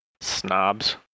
snobs